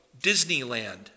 Disneyland